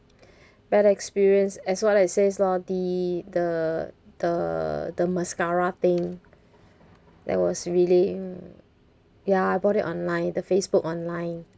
bad experience as what I says lor the the the the mascara thing that was really ya I bought it online the facebook online